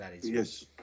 Yes